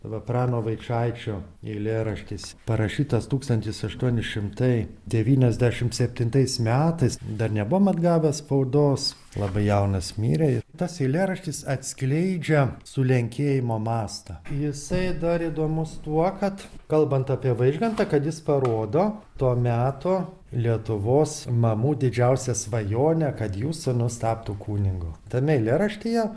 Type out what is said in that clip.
va prano vaičaičio eilėraštis parašytas tūkstantis aštuoni šimtai devyniasdešimt septintais metais dar nebuvom atgavę spaudos labai jaunas mirė ir tas eilėraštis atskleidžia sulenkėjimo mastą jisai dar įdomus tuo kad kalbant apie vaižgantą kad jis parodo to meto lietuvos mamų didžiausią svajonę kad jų sūnus taptų kunigu tame eilėraštyje